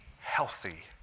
healthy